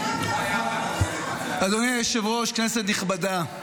אדוני היושב-ראש, כנסת נכבדה,